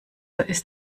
ist